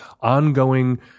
ongoing